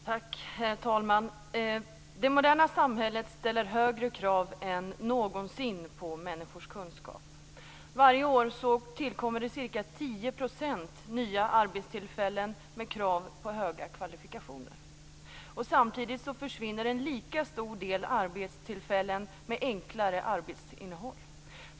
Herr talman! Det moderna samhället ställer högre krav än någonsin på människors kunskap. Varje år tillkommer ca 10 % nya arbetstillfällen med krav på höga kvalifikationer. Samtidigt försvinner en lika stor del arbetstillfällen med enklare arbetsinnehåll.